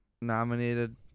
nominated